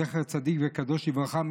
זכר צדיק וקדוש לברכה,